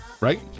right